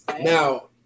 Now